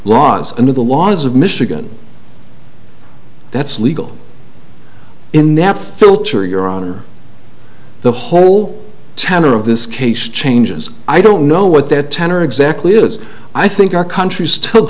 laws under the laws of michigan that's legal in that filter your honor the whole tenor of this case changes i don't know what that tenor exactly is i think our country